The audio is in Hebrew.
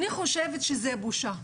אני חושבת שזה בושה.